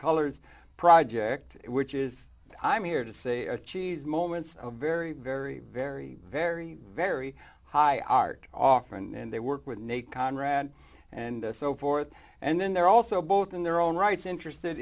colors project which is i'm here to say a cheese moments of very very very very very high art offer and they work with nate conrad and so forth and then they're also both in their own rights interested